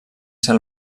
ser